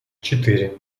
четыре